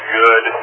good